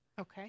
Okay